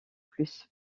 plus